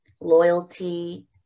loyalty